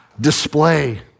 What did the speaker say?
Display